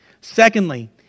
Secondly